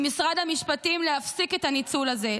ממשרד המשפטים להפסיק את הניצול הזה,